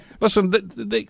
Listen